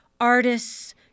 artists